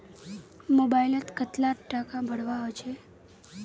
Mobile लोत कतला टाका भरवा होचे?